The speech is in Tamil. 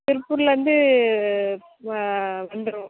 திருப்பூர்லந்து வந்துரும்